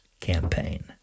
campaign